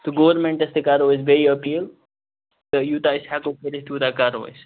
تہٕ گورمنٹَس تہِ کرو أسۍ بیٚیہِ اپیٖل تہٕ یوتاہ أسۍ ہیٚکو کٔرِتھ تیوتاہ کرو أسۍ